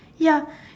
ya